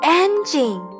engine